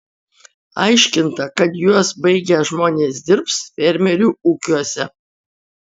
aiškinta kad juos baigę žmonės dirbs fermerių ūkiuose